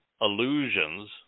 illusions